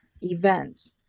event